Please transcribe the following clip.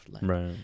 Right